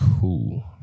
cool